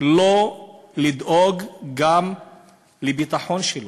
לא לדאוג גם לביטחון שלו?